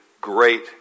great